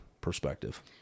perspective